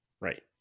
right